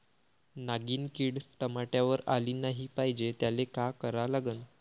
नागिन किड टमाट्यावर आली नाही पाहिजे त्याले काय करा लागन?